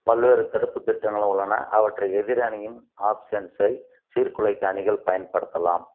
பல்வேறு தடுப்புத் திட்டங்களும் உள்ளன அவற்றை எதிர் அணியின் ஆப்ஸென்சை சீர்குலைக்க அணிகள் பயன்படுத்தலாம்